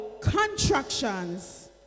contractions